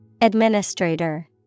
Administrator